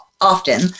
often